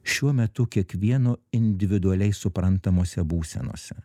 šiuo metu kiekvieno individualiai suprantamose būsenose